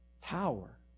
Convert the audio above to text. Power